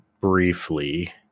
briefly